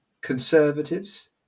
conservatives